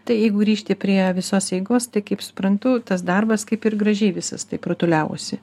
tai jeigu grįžti prie visos eigos tai kaip suprantu tas darbas kaip ir gražiai visas jis taip rutuliavosi